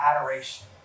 adoration